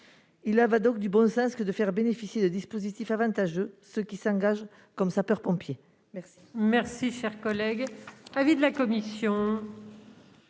une mesure de bon sens que de faire bénéficier d'un dispositif avantageux ceux qui s'engagent comme sapeurs-pompiers. Quel